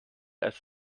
als